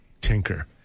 tinker